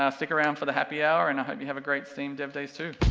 um stick around for the happy hour, and i hope you have a great steam dev days two.